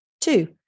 Two